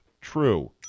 true